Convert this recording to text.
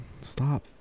Stop